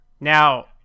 Now